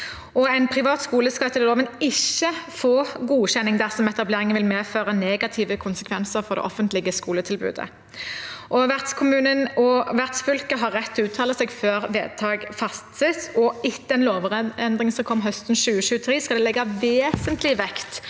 En privat skole skal etter loven ikke få godkjenning dersom etableringen vil medføre negative konsekvenser for det offentlige skoletilbudet. Vertskommunen og vertsfylket har rett til å uttale seg før vedtak fattes, og etter en lovendring som kom høsten 2023, skal det legges vesentlig vekt